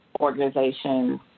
organizations